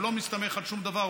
הוא לא מסתמך על שום דבר,